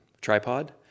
tripod